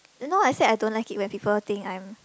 you know I said I don't like it when people think I'm